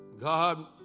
God